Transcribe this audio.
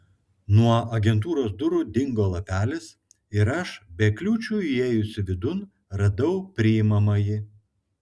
nuo agentūros durų dingo lapelis ir aš be kliūčių įėjusi vidun radau priimamąjį